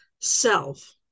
self